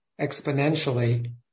exponentially